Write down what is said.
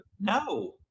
No